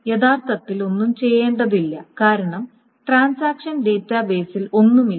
യഥാർത്ഥത്തിൽ ഒന്നും ചെയ്യേണ്ടതില്ല കാരണം ട്രാൻസാക്ഷൻ ഡാറ്റാബേസിൽ ഒന്നുമില്ല